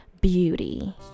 Beauty